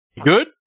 good